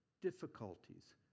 difficulties